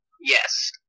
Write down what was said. Yes